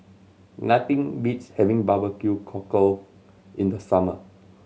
nothing beats having barbecue cockle in the summer